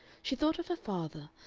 she thought of her father,